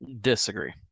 Disagree